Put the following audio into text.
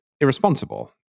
irresponsible